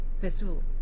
festival